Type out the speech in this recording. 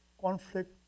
conflict